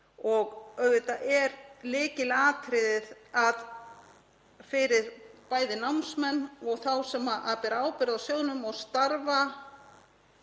Auðvitað er lykilatriðið fyrir bæði námsmenn og þá sem bera ábyrgð á sjóðnum og starfa